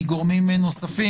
מגורמים נוספים.